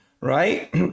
right